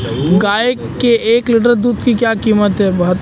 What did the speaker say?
गाय के एक लीटर दूध की क्या कीमत है?